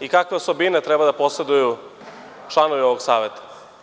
i kakve osobine treba da poseduju članovi ovog saveta.